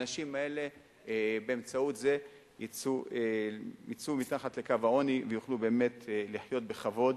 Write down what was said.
והאנשים האלה באמצעות זה יצאו מתחת לקו העוני ויוכלו לחיות בכבוד,